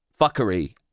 fuckery